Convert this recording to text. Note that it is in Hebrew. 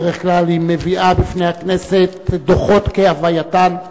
בדרך כלל היא מביאה בפני הכנסת דוחות כהווייתם.